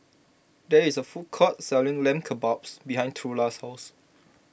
there is a food court selling Lamb Kebabs behind Trula's house